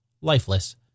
lifeless